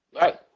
right